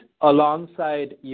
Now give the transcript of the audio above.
alongside